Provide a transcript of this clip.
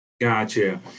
Gotcha